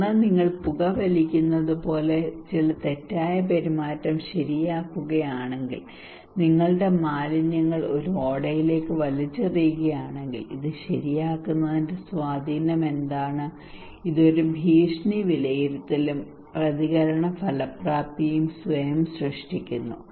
ഒന്ന് നിങ്ങൾ പുകവലിക്കുന്നതുപോലെ ചില തെറ്റായ പെരുമാറ്റം ശരിയാക്കുകയാണെങ്കിൽ നിങ്ങളുടെ മാലിന്യങ്ങൾ ഒരു ഓടയിലേക്ക് വലിച്ചെറിയുകയാണെങ്കിൽ ഇത് ശരിയാക്കുന്നതിന്റെ സ്വാധീനം എന്താണ് ഇത് ഒരു ഭീഷണി വിലയിരുത്തലും പ്രതികരണ ഫലപ്രാപ്തിയും സ്വയം സൃഷ്ടിക്കുന്നു